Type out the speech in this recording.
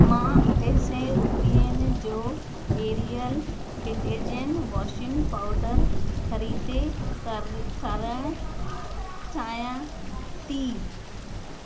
मां अठें सैं रुपयनि जो एरियल डिटर्जेंट वॉशिंग पाउडर ख़रीद कर करणु चाहियां थी